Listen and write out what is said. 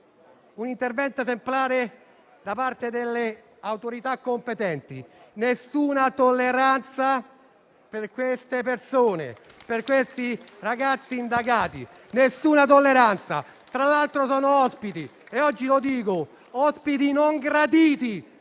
un intervento esemplare da parte delle autorità competenti: nessuna tolleranza per quelle persone, per quei ragazzi indagati! Nessuna tolleranza! Tra l'altro, aggiungo che sono ospiti e - oggi lo dico - non graditi,